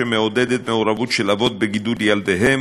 שמעודדת מעורבות של אבות בגידול ילדיהם